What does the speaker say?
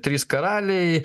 trys karaliai